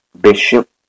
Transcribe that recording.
Bishop